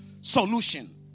solution